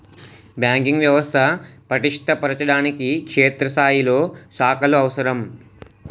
banking వ్యవస్థ పటిష్ట పరచడానికి క్షేత్రస్థాయిలో శాఖలు అవసరం